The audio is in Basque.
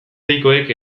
deikoek